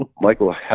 Michael